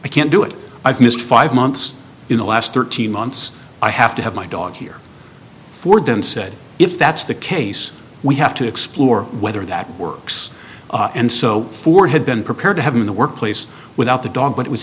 i can't do it i've missed five months in the last thirteen months i have to have my dog here for them said if that's the case we have to explore whether that works and so for had been prepared to have him in the work place without the dog but it was